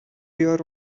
your